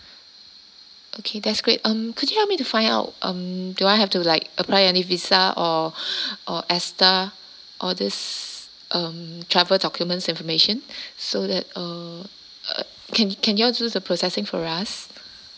okay that's great um could you help me to find out um do I have to like apply any visa or or E_S_T_A all these um travel documents information so that uh uh can can you all do the processing for us